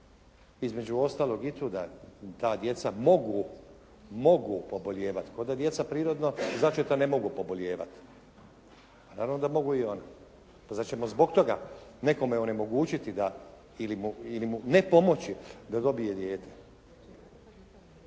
Između ostalog i tu da ta djeca mogu pobolijevati. Koga djeca prirodno začeta ne mogu pobolijevati. Pa naravno da mogu i ona. Pa zar ćemo zbog toga nekome onemogućiti da ili mu ne pomoći da dobije dijete?